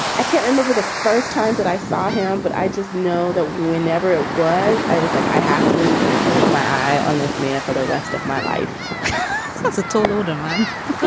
i can't remember the first time that i saw him, but i just know that whenever it was, i was like, i have to keep my eye on this man for the rest of my life that's a tall order, man. but